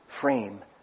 frame